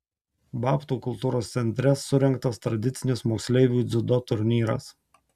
babtų kultūros centre surengtas tradicinis moksleivių dziudo turnyras